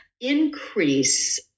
increase